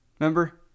remember